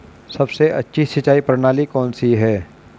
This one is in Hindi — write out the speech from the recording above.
सबसे अच्छी सिंचाई प्रणाली कौन सी है?